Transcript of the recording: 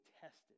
tested